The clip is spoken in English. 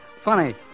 Funny